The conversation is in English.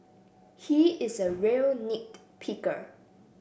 he is a real nit picker